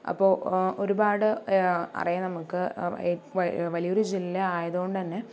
അപ്പോൾ ഒരുപാട് അറിയാം നമുക്ക് ഏ വൈ വലിയൊരു ജില്ല ആയത് കൊണ്ട് തന്നെ